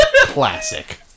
Classic